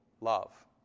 love